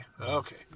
okay